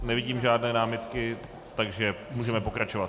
Nevidím žádné námitky, můžeme pokračovat.